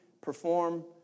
perform